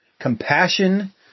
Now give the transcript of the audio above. Compassion